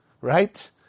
right